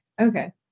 Okay